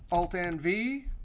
alt, n, v.